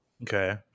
okay